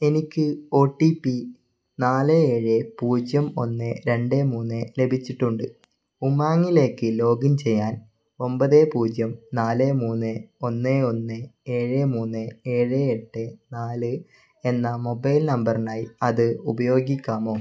എനിക്ക് O T P നാല് ഏഴ് പൂജ്യം ഒന്ന് രണ്ട് മൂന്ന് ലഭിച്ചിട്ടുണ്ട് ഉമാംങ്ങിലേക്ക് ലോഗിൻ ചെയ്യാൻ ഒമ്പത് പൂജ്യം നാല് മൂന്ന് ഒന്ന് ഒന്ന് ഏഴ് മൂന്ന് ഏഴ് എട്ട് നാല് എന്ന മൊബൈൽ നമ്പറിനായി അത് ഉപയോഗിക്കാമോ